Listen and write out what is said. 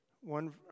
one